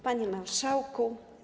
Panie Marszałku!